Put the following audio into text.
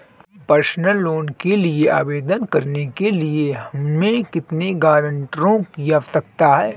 Personal loan के लिए आवेदन करने के लिए हमें कितने गारंटरों की आवश्यकता है?